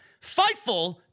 Fightful